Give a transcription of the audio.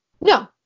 No